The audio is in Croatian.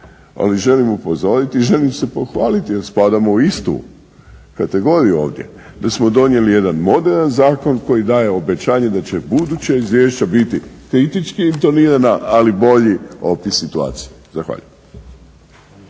ali želim upozoriti i želim se pohvaliti jer spadamo u istu kategoriju ovdje da smo donijeli jedan moderan zakon koji daje obećanje da će buduća izvješća biti kritički intonirana, ali bolji opis situacije. Zahvaljujem.